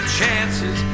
chances